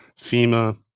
fema